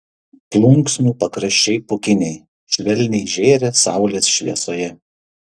plunksnų pakraščiai pūkiniai švelniai žėri saulės šviesoje